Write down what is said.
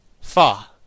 fa